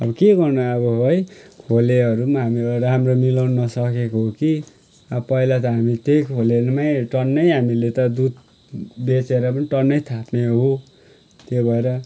अब के गर्नु अब है खोलेहरू पनि हाम्रो राम्रो मिलाउनु नसकेको हो कि अब पहिला त हामी त्यही खोलेमै टन्नै हामीले त दुध बेचेर पनि टन्नै थाप्ने हो त्यो भएर